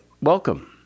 welcome